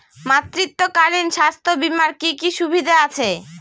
মাতৃত্বকালীন স্বাস্থ্য বীমার কি কি সুবিধে আছে?